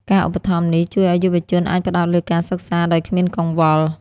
ការឧបត្ថម្ភនេះ ជួយឱ្យយុវជនអាចផ្តោតលើការសិក្សាដោយគ្មានកង្វល់។